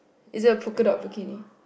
is a polka dot bikini